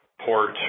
port